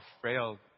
frail